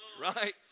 Right